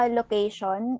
location